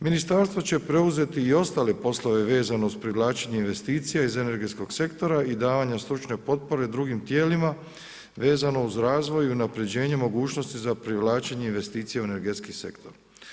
Ministarstvo će preuzeti i ostale poslove vezano uz privlačenje investicija iz energetskog sektora i davanja stručne potpore drugim tijelima vezano uz razvoj i unapređenje mogućnosti za privlačenje investicija u energetski sektor.